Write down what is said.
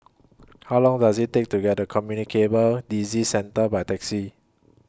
How Long Does IT Take to get The Communicable Disease Centre By Taxi